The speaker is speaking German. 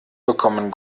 bekommen